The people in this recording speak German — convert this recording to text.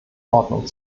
ordnung